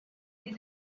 they